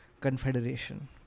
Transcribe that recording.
confederation